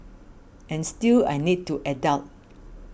and still I need to adult